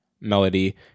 melody